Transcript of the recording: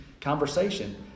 conversation